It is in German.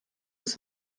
bis